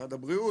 משרד הבריאות,